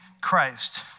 Christ